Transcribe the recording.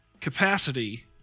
capacity